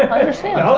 i understand.